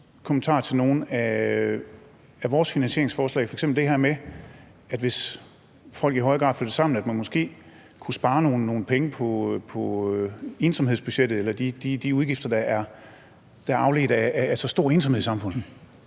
kommentar til nogle af vores finansieringsforslag, f.eks. det her med, at man, hvis folk i højere grad flytter sammen, måske kunne spare nogle penge på ensomhedsbudgettet, altså på de udgifter, der er afledt af så meget ensomhed i samfundet.